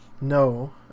No